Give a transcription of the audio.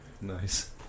Nice